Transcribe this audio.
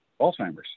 Alzheimer's